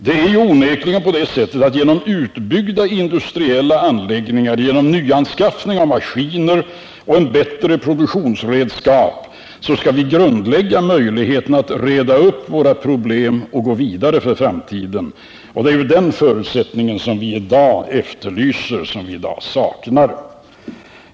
Det är onekligen på det sättet att genom utbyggda industriella anläggningar, genom nyanskaffning av maskiner och genom bättre produktionsredskap skall vi grundlägga möjligheten att reda upp våra problem och gå vidare för framtiden, och det är den förutsättningen som vi i dag efterlyser, som vi i dag saknar.